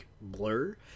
blur